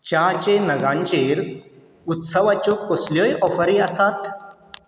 च्याचे नगांचेर उत्सवाच्यो कसल्योय ऑफरी आसात